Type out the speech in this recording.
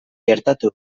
gertatu